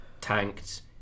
Tanked